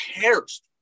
cares